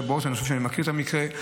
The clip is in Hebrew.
אני חושב שאני מכיר את המקרה,